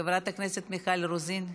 חברת הכנסת מיכל רוזין,